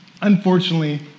Unfortunately